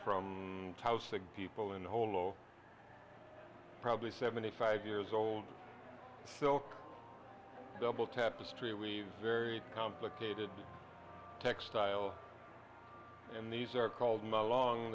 tausig people in the whole oh probably seventy five years old silk double tapestry we've very complicated textile and these are called my long